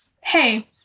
hey